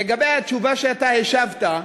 לגבי התשובה שאתה השבת,